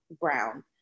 brown